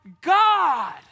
God